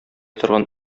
торган